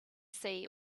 sea